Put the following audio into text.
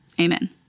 amen